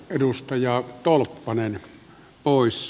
edustaja tolppanen poissa